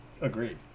Agreed